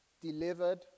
delivered